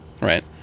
right